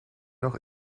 noch